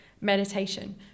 Meditation